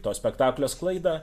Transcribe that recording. to spektaklio sklaidą